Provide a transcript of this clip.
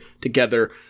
together